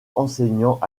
enseignant